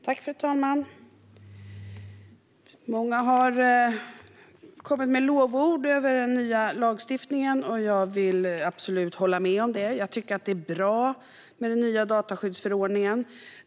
Fru talman! Det är många som lovordar den nya lagstiftningen, och jag håller med. Den nya dataskyddsförordningen är bra.